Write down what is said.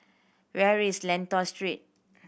where is Lentor Street